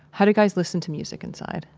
how do guys listen to music inside?